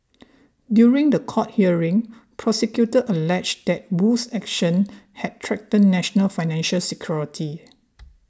during the court hearing prosecutors alleged that Wu's actions had threatened national financial security